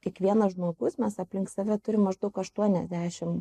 kiekvienas žmogus mes aplink save turim maždaug aštuoniasdešimt